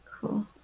Cool